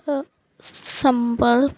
ਸੰਬਲ